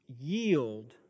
yield